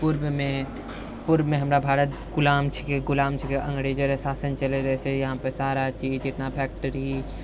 अंग्रेजरे शासन चलय रहै सँ यहाँ पर सारा चीज जितना फैक्ट्री